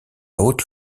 haute